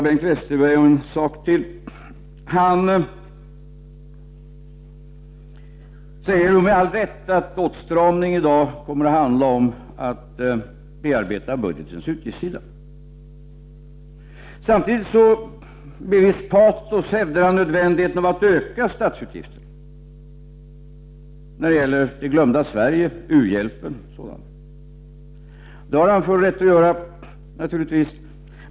Bengt Westerberg säger, med all rätt, att åtstramningen i dag kommer att handla om att bearbeta budgetens utgiftssida. Samtidigt hävdar han med visst patos nödvändigheten av att öka statsutgifterna när det gäller t.ex. det glömda Sverige och u-hjälpen. Det har han naturligtvis rätt att göra.